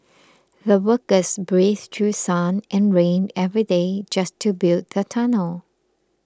the workers braved through sun and rain every day just to build the tunnel